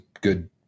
good